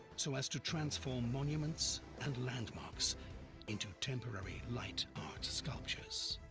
so as to transform monuments and landmarks into temporary light art sculptures.